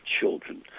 children